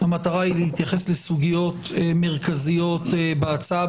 המטרה היא להתייחס לסוגיות מרכזיות בהצעה,